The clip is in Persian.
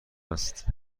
است